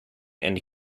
and